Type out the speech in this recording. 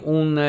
un